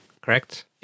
correct